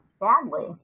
badly